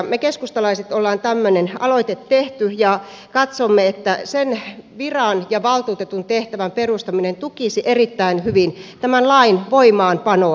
me keskustalaiset olemme tämmöisen aloitteen tehneet ja katsomme että sen viran ja valtuutetun tehtävän perustaminen tukisi erittäin hyvin tämän lain voimaanpanoa